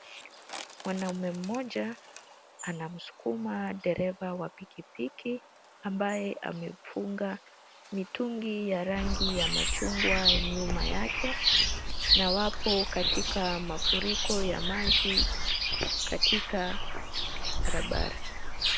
Mwanamume mmoja anamsukuma dereva wa pikipiki, ambaye amefunga mitungi ya rangi ya machungwa nyuma yake na wapo katika mafuriko ya maji katika barabara.